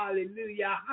Hallelujah